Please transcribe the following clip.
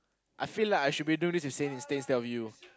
I feel like I should be doing this insane instead of you